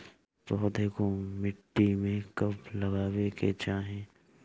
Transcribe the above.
पौधे को मिट्टी में कब लगावे के चाही?